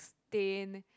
stain